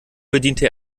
bediente